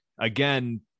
again